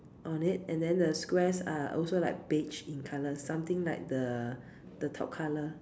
on it and then the squares are also like beige in colour something like the the top colour